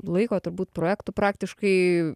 laiko turbūt projektų praktiškai